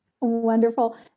Wonderful